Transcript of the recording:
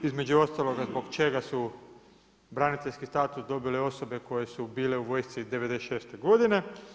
Između ostaloga zbog čega su braniteljski status dobile osobe koje su bile u vojsci '96. godine.